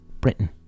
Britain